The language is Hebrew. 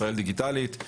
ישראל דיגיטלית.